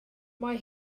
mae